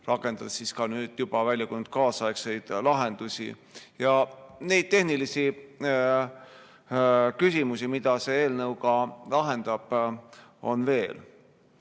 rakendades ka nüüd juba väljakujunenud kaasaegseid lahendusi. Neid tehnilisi küsimusi, mida see eelnõu lahendab, on veel.